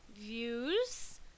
views